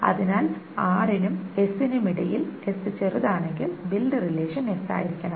അതിനാൽ r നും s നും ഇടയിൽ s ചെറുതാണെങ്കിൽ ബിൽഡ് റിലേഷൻ s ആയിരിക്കണം